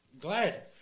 Glad